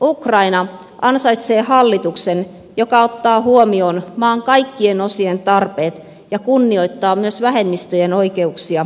ukraina ansaitsee hallituksen joka ottaa huomioon maan kaikkien osien tarpeet ja kunnioittaa myös vähemmistöjen oikeuksia